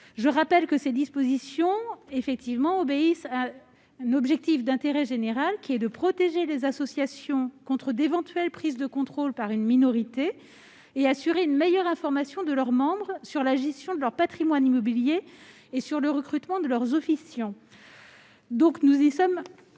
Je rappelle que ces dispositions obéissent à un objectif d'intérêt général : protéger les associations contre d'éventuelles prises de contrôle par une minorité et assurer une meilleure information de leurs membres sur la gestion de leur patrimoine immobilier et sur le recrutement de leurs officiants. La commission